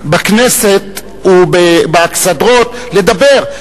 רבים בכנסת ובאכסדרות לדבר.